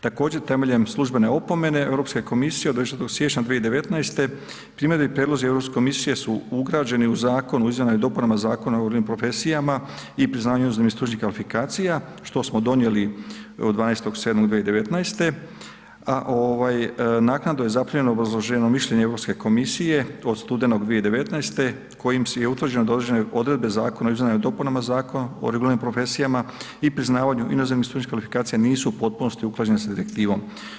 Također temeljem službene opomene Europske komisije od 24. siječnja 2019.g. primjedbe i prijedlozi Europske komisije su ugrađeni u Zakon o izmjenama i dopunama Zakona o reguliranim profesijama i priznanju inozemnih stručnih kvalifikacija što smo donijeli od 12.7.2019., a ovaj naknadno je zaprimljeno obrazloženo mišljenje Europske komisije od studenog 2019. kojim je utvrđeno da određene odredbe Zakona o izmjenama i dopunama Zakona o reguliranim profesijama i priznavanju inozemnih stručnih kvalifikacija nisu u potpunosti usklađeni sa direktivom.